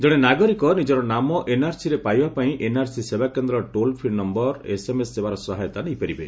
ଜଣେ ନାଗରିକ ନିଜର ନାମ ଏନ୍ଆର୍ସି ରେ ପାଇବା ପାଇଁ ଏନ୍ଆର୍ସି ସେବା କେନ୍ଦ୍ରର ଟୋଲ୍ ଫ୍ରି ନମ୍ଘର ଏସ୍ଏମ୍ଏସ୍ ସେବାର ସହାୟତା ନେଇପାରିବ